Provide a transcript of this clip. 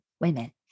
women